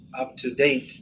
up-to-date